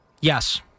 Yes